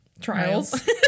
trials